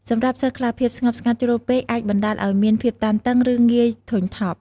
សម្រាប់សិស្សខ្លះ ភាពស្ងប់ស្ងាត់ជ្រុលពេកអាចបណ្ដាលឲ្យមាន ភាពតានតឹង ឬងាយធុញថប់។